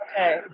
Okay